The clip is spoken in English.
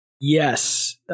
Yes